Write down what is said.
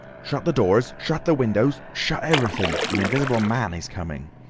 shut the doors, shut the windows, shut everything the invisible man is coming!